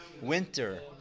winter